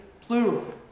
plural